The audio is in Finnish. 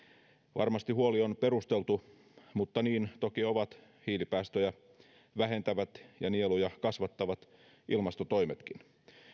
varmasti huoli on perusteltu mutta niin toki ovat hiilipäästöjä vähentävät ja nieluja kasvattavat ilmastotoimetkin